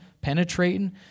penetrating